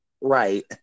right